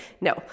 No